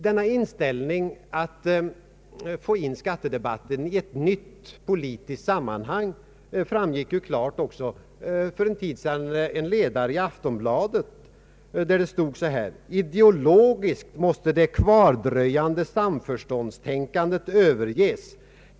Denna inställning att föra in debatten i ett nytt politiskt sammanhang framgick klart också för en tid sedan i en ledare i Aftonbladet där det stod: ”Ideologiskt måste det kvardröjande samförståndstänkandet överges.